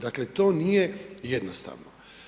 Dakle, to nije jednostavno.